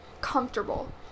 comfortable